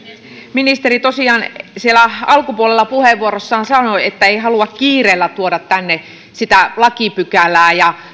ministeri tosiaan siellä alkupuolella puheenvuorossaan sanoi että ei halua kiireellä tuoda tänne sitä lakipykälää ja